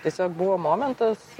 tiesiog buvo momentas